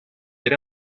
era